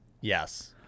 Yes